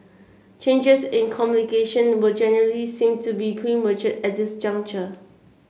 changes in communication were generally seen to be premature at this